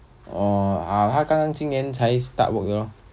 orh ah 他刚刚今年才 start work lor